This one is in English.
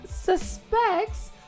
suspects